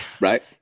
Right